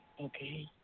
Okay